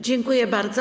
Dziękuję bardzo.